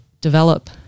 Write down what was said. develop